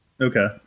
Okay